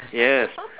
yes